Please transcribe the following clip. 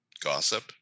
gossip